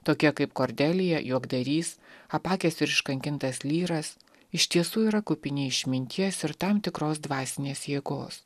tokie kaip kordelija juokdarys apakęs ir iškankintas lyras iš tiesų yra kupini išminties ir tam tikros dvasinės jėgos